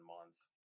months